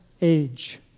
age